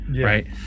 right